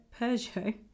Peugeot